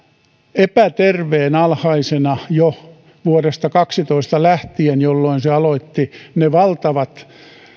epäterveen alhaisena jo vuodesta kaksituhattakaksitoista lähtien jolloin se aloitti valtavat